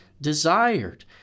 Desired